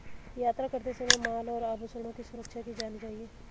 यात्रा करते समय माल और आभूषणों की सुरक्षा की जानी चाहिए